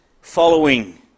following